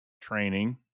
training